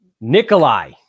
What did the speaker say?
Nikolai